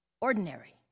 ordinary